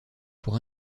pour